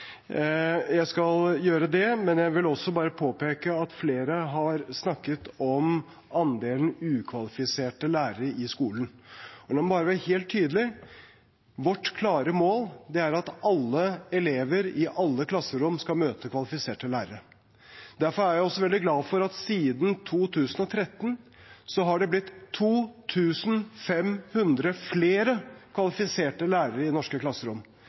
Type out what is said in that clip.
Jeg skal gjøre det, men jeg vil også påpeke at flere har snakket om andelen ukvalifiserte lærere i skolen. La meg være helt tydelig: Vårt klare mål er at alle elever i alle klasserom skal møte kvalifiserte lærere. Derfor er jeg veldig glad for at det siden 2013 har blitt 2 500 flere kvalifiserte lærere i norske klasserom.